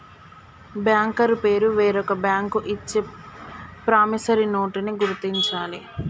banker పేరు వేరొక bank ఇచ్చే ప్రామిసరీ నోటుని గుర్తించాలి